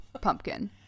pumpkin